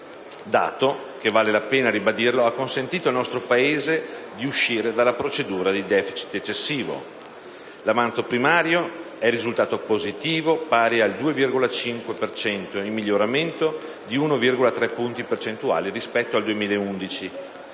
dato che - vale la pena ribadirlo - ha consentito al nostro Paese di uscire dalla procedura di *deficit* eccessivo. L'avanzo primario è risultato positivo, pari al 2,5 per cento, in miglioramento di 1,3 punti percentuali rispetto al 2011.